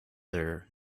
their